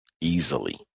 easily